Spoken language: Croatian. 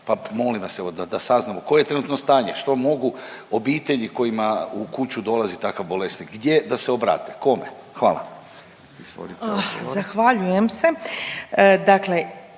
pa molim vas evo da, da saznamo koje je trenutno stanje, što mogu obitelji kojima u kuću dolazi takav bolesnik, gdje da se obrate, kome? Hvala. **Radin,